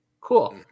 Cool